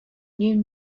knew